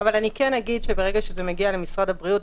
אבל אני כן אגיד שברגע שזה מגיע למשרד הבריאות,